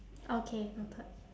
okay noted